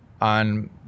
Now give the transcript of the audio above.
on